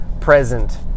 present